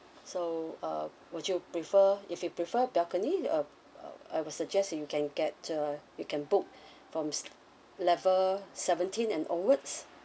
so uh would you prefer if you prefer balcony uh I will suggest you can get uh you can book from level seventeenth and onwards